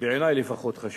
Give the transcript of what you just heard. בעיני לפחות, חשובה.